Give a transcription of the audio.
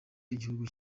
igihugu